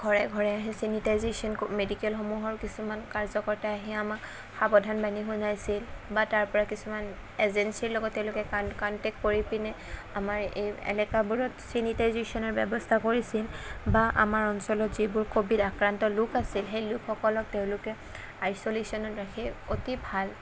ঘৰে ঘৰে আহি চেনিটাইজেছন মেডিকেলসমূহৰ কিছুমান কাৰ্যকতাই আহি আমাক সাৱধানবাণী শুনাইছিল বা তাৰপৰা কিছুমান এজেন্সীৰ লগত তেওঁলোকে কান কান্টেক কৰি পিনে আমাৰ এই এলেকাবোৰত চেনিটাইজেছনৰ ব্য়ৱস্থা কৰিছিল বা আমাৰ অঞ্চলত যিবোৰ ক'ভিড আক্ৰান্ত লোক আছিল সেই লোকসকলক তেওঁলোকে আইচ'লেচনত ৰাখি অতি ভাল